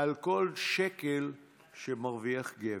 על כל שקל שמרוויח גבר.